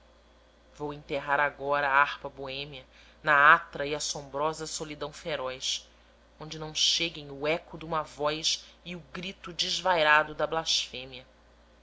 vou enterrar agora a harpa boêmia na atra e assombrosa solidão feroz onde não cheguem o eco duma voz e o grito desvairado da blasfêmia